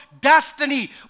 destiny